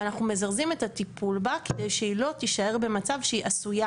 ואנחנו מזרזים את הטיפול בה כדי שהיא לא תישאר במצב שהיא עשויה,